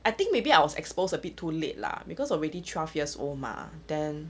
I think maybe I was exposed a bit too late lah because already twelve years old mah then